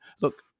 Look